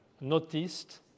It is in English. noticed